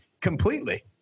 completely